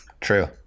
True